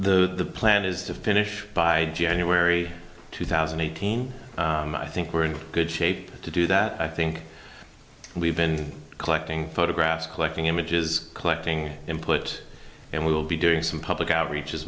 the plan is to finish by january two thousand and eighteen and i think we're in good shape to do that i think we've been collecting photographs collecting images collecting input and we will be doing some public outreach as